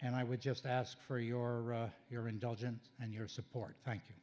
and i would just ask for your your indulgence and your support thank you